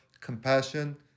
compassion